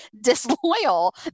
disloyal